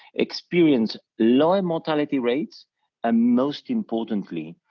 experienced lower mortality rates and most importantly,